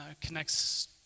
connects